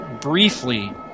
briefly